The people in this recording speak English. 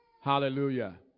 Hallelujah